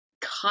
cut